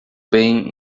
bem